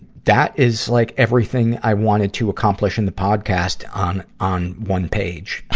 that is, like, everything i wanted to accomplish in the podcast on, on one page.